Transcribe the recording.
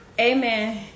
Amen